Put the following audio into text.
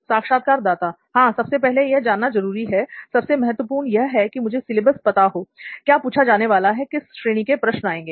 साक्षात्कारदाता हां सबसे पहले यह जानना जरूरी है सबसे महत्वपूर्ण यह है कि मुझे सिलेबस पता हो क्या पूछा जाने वाला है किस श्रेणी के प्रश्न आएँगे